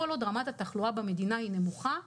כל עוד רמת התחלואה במדינה היא נמוכה,